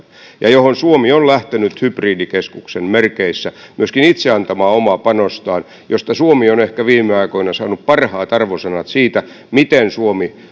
ja johon suomi on lähtenyt hybridikeskuksen merkeissä myöskin itse antamaan omaa panostaan josta suomi on ehkä viime aikoina saanut parhaat arvosanat siitä miten suomi